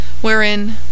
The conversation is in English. wherein